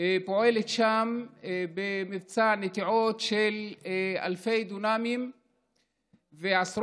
פועלת שם במבצע נטיעות של אלפי דונמים ועשרות